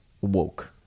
woke